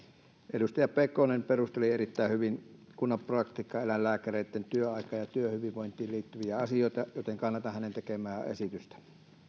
edustaja pekonen perusteli erittäin hyvin kunnan praktikkoeläinlääkäreitten työaikaan ja työhyvinvointiin liittyviä asioita joten kannatan hänen tekemäänsä esitystä